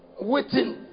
waiting